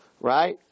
right